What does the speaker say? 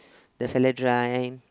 the